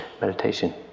meditation